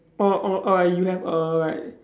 orh orh orh you have a like